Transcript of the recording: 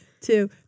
two